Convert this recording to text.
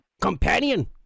Companion